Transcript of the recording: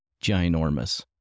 ginormous